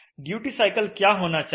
duty cycle क्या होना चाहिए